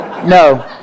No